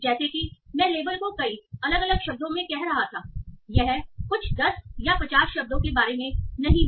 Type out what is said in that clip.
जैसा कि मैं लेबल को कई अलग अलग शब्दों में कह रहा था यह कुछ 10 या 50 शब्दों के बारे में नहीं है